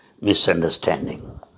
misunderstanding